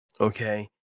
okay